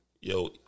Yo